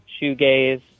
shoegaze